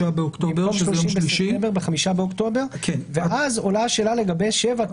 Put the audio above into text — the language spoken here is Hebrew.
באוקטובר 2021. אז עולה השאלה לגבי סעיף 7,